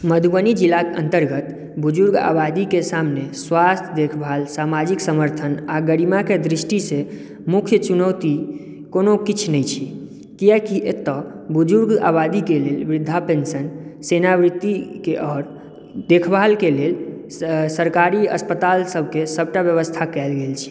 मधुबनी जिलाक अन्तर्गत बुजुर्ग आबादीकेँ सामने स्वास्थ्य देखभाल सामाजिक समर्थन आ गरिमाकेँ दृष्टि से मुख्य चुनौती कोनो किछु नहि छियै कियाकि एतय बुज़ुर्ग आबादीकेँ लेल वृद्धा पेन्शन सेनावृतिकेँ और देखभालकेँ लेल सरकारी अस्पताल सभकेँ सभटा व्यवस्था कयल गेल छै